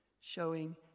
showing